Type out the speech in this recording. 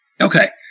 Okay